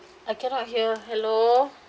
I cannot hear hello